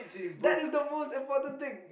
that is the most important thing